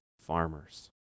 farmers